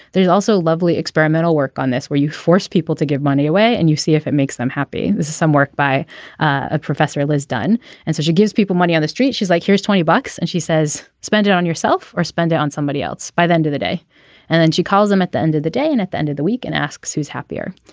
there's also lovely experimental work on this where you force people to give money away and you see if it makes them happy there's some work by ah professor was done and so she gives people money on the street she's like here's twenty bucks and she says spend it on yourself or spend it on somebody else. by the end of the day and then she calls him at the end of the day and at the end of the week and asks who's happier.